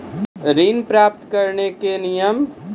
ऋण प्राप्त करने कख नियम?